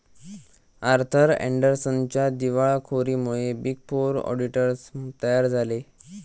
Arthur अँडरसनच्या दिवाळखोरीमुळे big four auditors तयार झाले